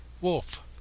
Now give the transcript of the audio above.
Wolf